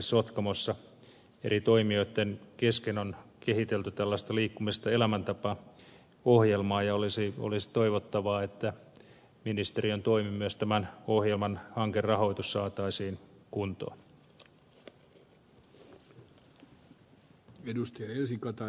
sotkamossa eri toimijoitten kesken on kehitelty tällaista liikkumisesta elämäntapa ohjelmaa ja olisi toivottavaa että ministeriön toimin myös tämän ohjelman hankerahoitus saataisiin kuntoon